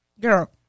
Girl